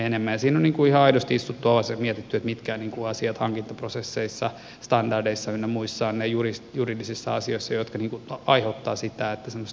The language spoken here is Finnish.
siinä on ihan aidosti istuttu alas ja mietitty mitkä asiat hankintaprosesseissa standardeissa ynnä muissa juridisissa asioissa ovat ne jotka aiheuttavat sitä että semmoiset toivotut asiat eivät etene